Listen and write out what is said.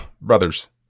brothers